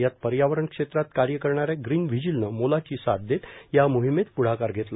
यात पर्यावरण क्षेत्रात कार्य करणाऱ्या ग्रीन व्हिजीलने मोलाची साथ देत या मोहिमेत प्ढाकार धेतला